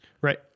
Right